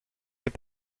est